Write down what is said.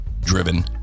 driven